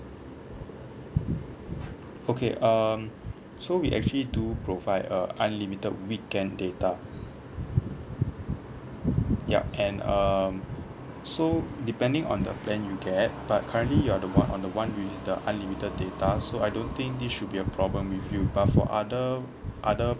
okay um so we actually do provide uh unlimited weekend data ya and um so depending on the plan you get but currently you're the one on the one with the unlimited data so I don't think this should be a problem with you but for other other